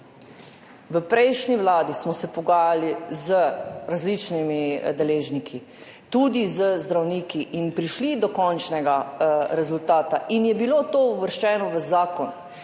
V prejšnji vladi smo se pogajali z različnimi deležniki, tudi z zdravniki, in prišli do končnega rezultata in je bilo to uvrščeno v zakon